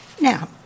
Now